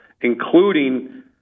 including